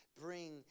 bring